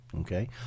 Okay